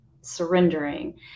surrendering